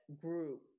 group